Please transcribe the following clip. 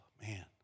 man